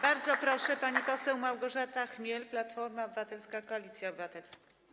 Bardzo proszę, pani poseł Małgorzata Chmiel, Platforma Obywatelska - Koalicja Obywatelska.